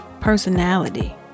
personality